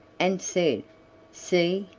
and said see,